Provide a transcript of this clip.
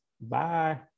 bye